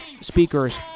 speakers